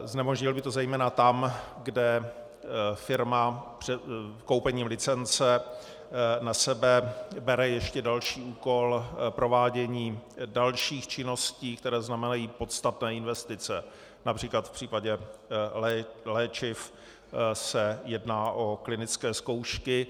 Znemožnil by to zejména tam, kde firma koupením licence na sebe bere ještě další úkol, provádění dalších činností, které znamenají podstatné investice, například v případě léčiv se jedná o klinické zkoušky.